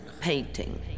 painting